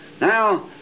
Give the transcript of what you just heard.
now